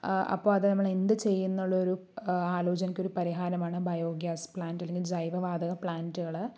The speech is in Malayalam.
അപ്പോൾ അത് നമ്മളെന്തു ചെയ്യുന്നുള്ളൊരു ആലോചനയ്ക്കൊരു പരിഹാരമാണ് ബയോ ഗ്യാസ് പ്ലാന്റ് അല്ലെങ്കിൽ ജൈവവാതക പ്ലാന്റുകൾ